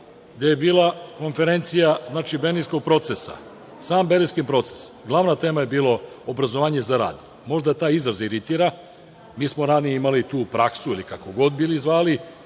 gde je bila Konferencija berlinskog procesa. Sam berlinski proces glavna tema je bila obrazovanje za rad. Možda taj izraz iritira. Mi smo ranije imali tu praksu ili kako god bili zvali.